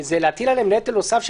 זה להטיל עליהם נטל נוסף.